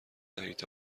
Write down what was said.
دهید